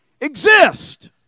exist